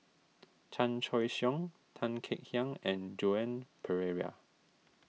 Chan Choy Siong Tan Kek Hiang and Joan Pereira